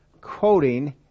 quoting